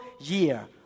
year